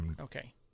Okay